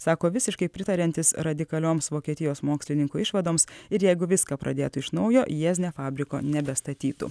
sako visiškai pritariantis radikalioms vokietijos mokslininkų išvadoms ir jeigu viską pradėtų iš naujo jiezne fabriko nebestatytų